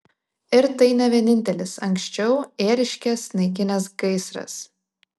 ir tai ne vienintelis anksčiau ėriškes naikinęs gaisras